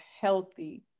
healthy